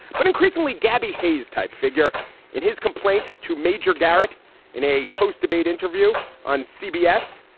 but increasingly, gabby hayes type figure in his complaint to major garrett in a post-debate interview on cbs.